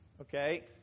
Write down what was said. okay